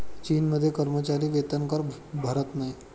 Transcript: चीनमध्ये कर्मचारी वेतनकर भरत नाहीत